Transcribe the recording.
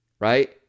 right